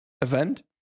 event